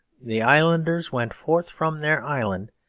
the islanders went forth from their island,